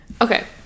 Okay